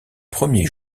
premiers